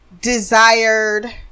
desired